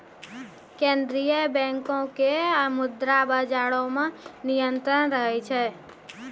केन्द्रीय बैंको के मुद्रा बजारो मे नियंत्रण रहै छै